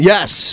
Yes